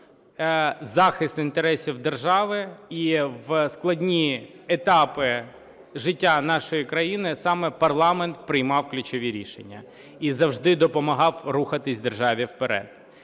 захист інтересів держави, і в складні етапи життя нашої країни саме парламент приймав ключові рішення і завжди допомагав рухати державі вперед.